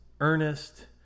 earnest